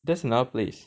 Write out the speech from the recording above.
that's another place